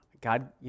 God